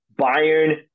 Bayern